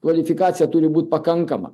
kvalifikacija turi būt pakankama